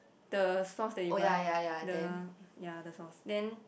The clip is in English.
the sauce that you buy the ya the sauce then